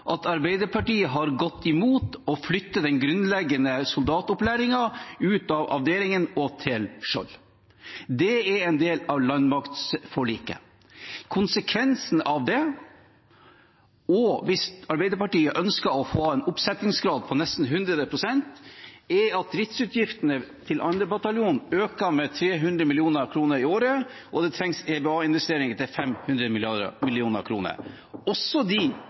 at Arbeiderpartiet har gått imot å flytte den grunnleggende soldatopplæringen ut av avdelingen og til Skjold. Det er en del av landmaktforliket. Konsekvensen av det – hvis Arbeiderpartiet ønsker å ha en oppsettingsgrad på nesten 100 pst. – er at driftsutgiftene til 2. bataljon øker med 300 mill. kr i året, og det trengs EBA-investeringer på 500 mill. kr. Også de